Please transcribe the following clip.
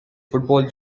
football